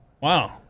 Wow